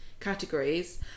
categories